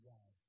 God